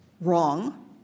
Wrong